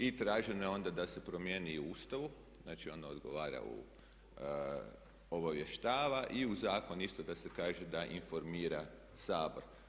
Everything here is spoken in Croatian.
I traženo je onda da se promijeni u Ustavu, znači ona odgovara, obavještava i u zakon isto da se kaže da informira Sabor.